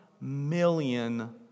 million